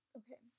okay